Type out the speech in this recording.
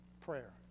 Prayer